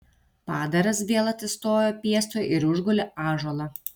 padaras vėl atsistojo piestu ir užgulė ąžuolą